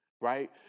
right